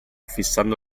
fissando